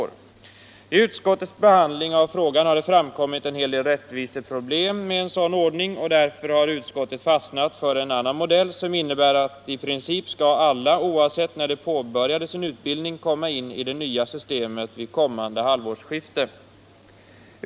I utskottets behandling av frågan har det framkommit en hel del rättviseproblem med en sådan ordning, och därför har utskottet fastnat för en annan modell, som innebär att alla, oavsett när de påbörjade sin utbildning, i princip skall komma in i det nya systemet vid kommande halvårsskifte.